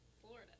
Florida